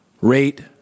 rate